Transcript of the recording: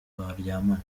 baryamana